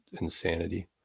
insanity